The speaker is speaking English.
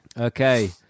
okay